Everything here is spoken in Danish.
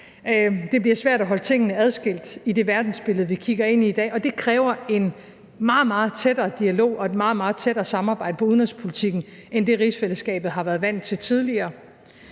Det bliver svært at holde tingene adskilt i det verdensbillede, vi kigger ind i i dag, og det kræver en meget, meget tættere dialog og et meget, meget tættere samarbejde på udenrigspolitikken end det, rigsfællesskabet har været vant til tidligere.